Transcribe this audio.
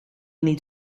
niet